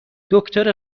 دکتر